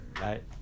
Right